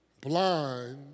blind